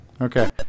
Okay